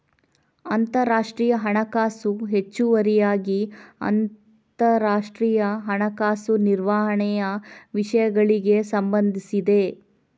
ಅಂತರರಾಷ್ಟ್ರೀಯ ಹಣಕಾಸು ಹೆಚ್ಚುವರಿಯಾಗಿ ಅಂತರರಾಷ್ಟ್ರೀಯ ಹಣಕಾಸು ನಿರ್ವಹಣೆಯ ವಿಷಯಗಳಿಗೆ ಸಂಬಂಧಿಸಿದೆ